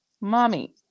mommy